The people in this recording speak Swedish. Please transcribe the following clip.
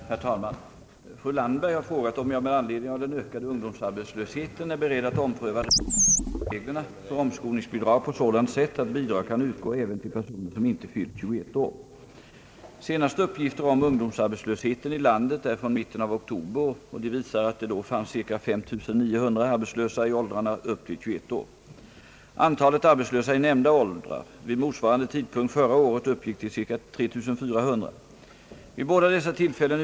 Herr talman! Fru Landberg har frågat, om jag med anledning av den ökade ungdomsarbetslösheten är beredd att ompröva reglerna för omskolningsbidrag på sådant sätt att bidrag kan utgå även till personer som inte fyllt 21 år. Senaste uppgifter om ungdomsarbetslösheten i landet är från mitten av oktober och de visar att det då fanns cirka 5900 arbetslösa i åldrarna upp till 21 år. Antalet arbetslösa i nämnda åldrar vid motsvarande tidpunkt förra året uppgick till cirka 3 400. Vid båda dessa tillfällen.